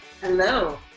Hello